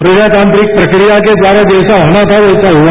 प्रजातांत्रिक प्रक्रिया के द्वारा जैसा होना था वैसा हुआ